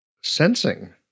sensing